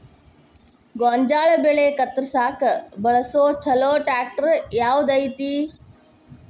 ಗೋಂಜಾಳ ಬೆಳೆ ಕತ್ರಸಾಕ್ ಬಳಸುವ ಛಲೋ ಟ್ರ್ಯಾಕ್ಟರ್ ಯಾವ್ದ್ ಐತಿ?